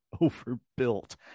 overbuilt